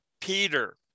Peter